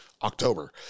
october